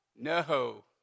No